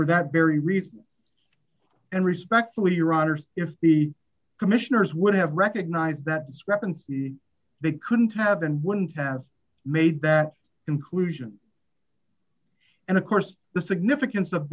that very reason and respectfully your honor if the commissioners would have recognized that discrepancy they couldn't have and wouldn't have made that conclusion and of course the significance of